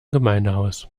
gemeindehaus